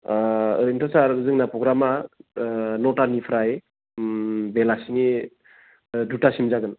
ओह ओरैनोथ' सार जोंना प्रग्रामा ओह न'थानिफ्राय ओम बेलासिनि ओह दुथासिम जागोन